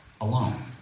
alone